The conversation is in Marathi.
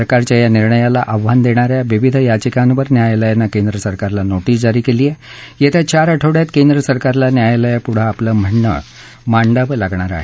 सरकारच्या या निर्णयाला आव्हान देणाऱ्या विविध याचिकांवर न्यायालयानं केंद्रसरकारला नोटीस जारी केली असून येत्या चार आठवडयात केंद्र सरकारला न्यायालयापुढं आपलं म्हणणं मांडावं लागणार आहे